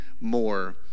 more